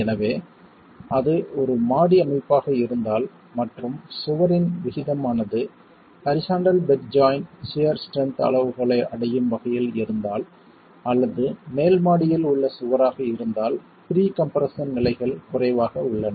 எனவே அது ஒரு மாடி அமைப்பாக இருந்தால் மற்றும் சுவரின் விகிதமானது horizontal bed joint shear strength அளவுகோலை அடையும் வகையில் இருந்தால் அல்லது மேல் மாடியில் உள்ள சுவராக இருந்தால் ப்ரீ கம்ப்ரெஸ்ஸன் நிலைகள் குறைவாக உள்ளன